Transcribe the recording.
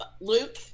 Luke